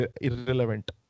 irrelevant